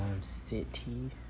City